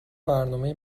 برنامهای